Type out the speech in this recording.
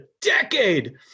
decade